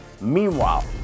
Meanwhile